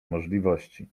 możliwości